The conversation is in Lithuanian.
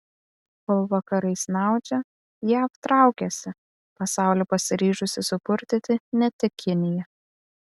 kol vakarai snaudžia jav traukiasi pasaulį pasiryžusi supurtyti ne tik kinija